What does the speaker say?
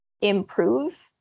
improve